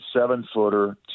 Seven-footer